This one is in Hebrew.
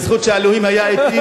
זה בזכות שאלוהים היה אתי,